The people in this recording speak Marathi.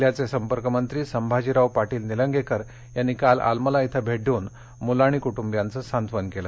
जिल्ह्याचे संपर्क मंत्री संभाजीराव पाटील निलंगेकर यांनी काल आलमला इथं भेट देऊन मुलाणी कुटुंबियांचं सांत्वन केलं